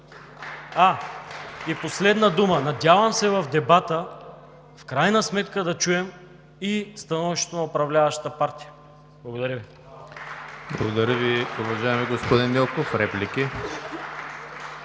вот! Последна дума: надявам се в дебата в крайна сметка да чуем и становището на управляващата партия. Благодаря Ви.